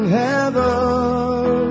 heaven